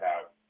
out